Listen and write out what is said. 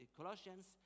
Colossians